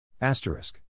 Asterisk